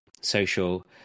social